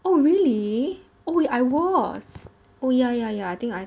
oh really oh wait I was oh ya ya ya I think I